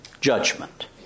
judgment